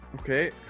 okay